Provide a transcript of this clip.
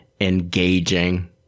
engaging